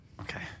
Okay